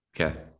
okay